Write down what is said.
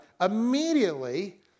immediately